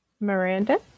Miranda